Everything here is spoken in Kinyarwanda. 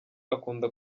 akunda